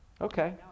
Okay